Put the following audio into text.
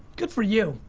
good for you,